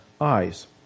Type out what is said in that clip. eyes